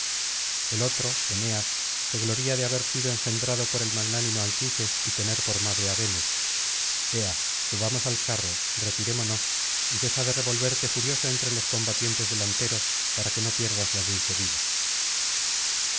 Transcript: el otro eneas se gloría de haber sido engendrado por el magnánimo anquises y tener por madre á venus ea subamos al carro retirémonos y cesa de revolverte furioso entre los combatientes delanteros para que no pierdas la dulce vida